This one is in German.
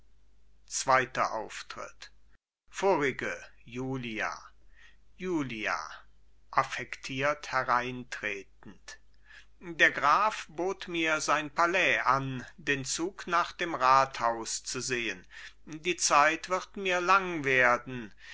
zweiter auftritt vorige julia julia affektiert hereintretend der graf bot mir sein palais an den zug nach dem rathaus zu sehen die zeit wird mir lang werden